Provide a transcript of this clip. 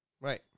Right